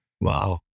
Wow